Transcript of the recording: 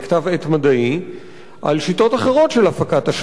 עת מדעי על שיטות אחרות של הפקת אשלג,